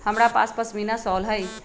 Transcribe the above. हमरा पास पशमीना शॉल हई